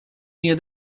near